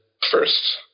first